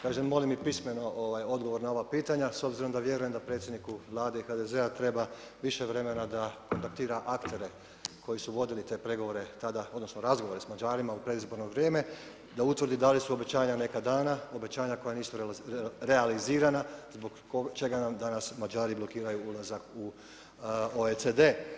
Kažem molim i pismeno odgovor na ova pitanja, s obzirom da vjerujem da predsjedniku Vlade i HDZ-a treba više vremena da kontaktira aktere koji su vodili te pregovore tada, odnosno razgovore da Mađarima u predizborno vrijeme, da utvrdi da li su obećanja neka dana, obećanja koja nisu realizirana zbog čega nam danas Mađari blokiraju ulazak u OECD.